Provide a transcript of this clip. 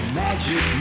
magic